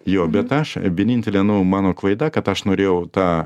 jo bet aš vienintelė nu mano klaida kad aš norėjau tą